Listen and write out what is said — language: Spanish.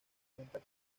cuenta